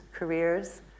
careers